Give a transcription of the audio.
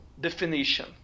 definition